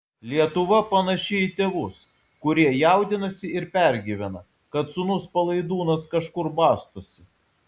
lietuva panaši į tėvus kurie jaudinasi ir pergyvena kad sūnus palaidūnas kažkur bastosi